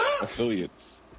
Affiliates